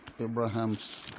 Abraham's